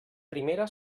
primera